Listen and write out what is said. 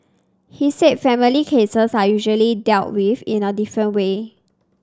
he said family cases are usually dealt with in a different way